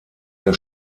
der